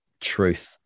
truth